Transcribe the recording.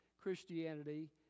Christianity